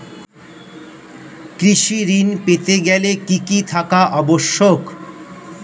কৃষি ঋণ পেতে গেলে কি কি থাকা আবশ্যক?